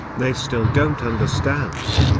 they still don't understand.